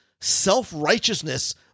self-righteousness